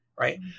Right